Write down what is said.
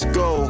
go